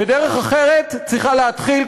ודרך אחרת צריכה להתחיל,